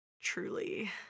truly